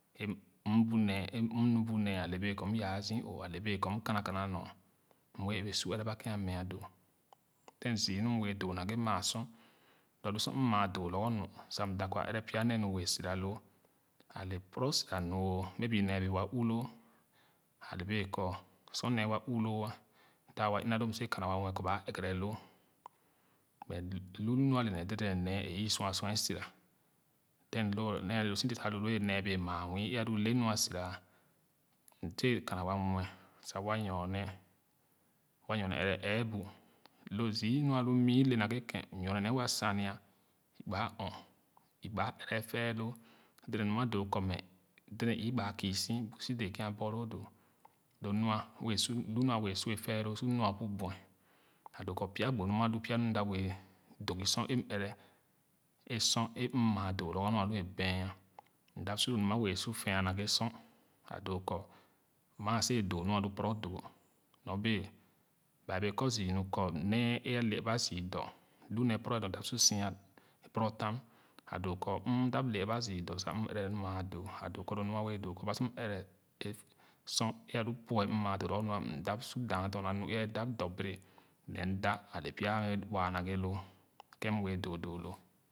M mm nee e-mm mu bu nee ale bee kɔ m yae a zü oo ale bee kɔ m kana kana ngo m bene ɛgere sor ɛrɛ ba ken a meah doo then zü mu m bee doo naghe maa sor wa lo sor m ma doo lorgor nu m da kɔ ɛrɛ pya nee nu wee sira loo ale poro sira nu may be nee bee wa uuh loo ale bee kɔ sor nee wa uuh loo a m da wa ona loo sa si wɛɛ kana wa muɛ kɔ ba ɛgere loo but lu nu ale nee defen nee é ü sua sor a sara ye nee bee maa mioo’ e alu lenu asira m seen kana wa nulɛ sa wa nyone wa nyone ɛrɛ ɛɛbu lo zü onu a lu nü le nacghe ken m nyone nee wa sania o gbaa ɔɔ i gbaa ɛrɛ ɛfɛɛloo deden nu ama doo kɔ mɛ deden gbaa küsi bu si dee keh aborloo doo lo nɔa cu nu bee su efɛɛloo sua nua bu buc a doo kɔ pya gbo nɔa alu pya nu mda wɛɛ doo goh sor em ɛrɛ e sor m maa doo lorgor nu a lua bɛɛn m da sor lo nu ama sa wɛɛ su wɛɛ su fɛvah naghe sor lo nu a lu poro dogo nyo bee baɛ bɛɛ kɔ zü mu kɔ nee e ale aba zü dɔ lu nue poro edɔɔ da su sia poro tam a doo kɔ mda lec aba zü dɔ sa m ɛrɛ mu maa doo a doo kɔ lo nu a bee doo kɔ sor m ɛrɛ sor e alu pue sa m maa doo lorgor mda su lo sor su daa dorna nu e aw tam dɔ bere ale pya mɛ waa naghe loo ken m wɛɛ doo doo loo.